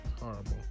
Horrible